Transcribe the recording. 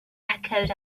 echoed